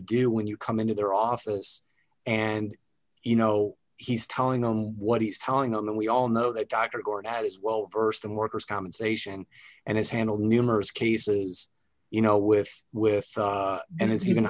do when you come into their office and you know he's telling them what he's telling them that we all know that dr gordon is well versed in worker's compensation and has handled numerous cases you know with with and it's even